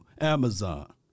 Amazon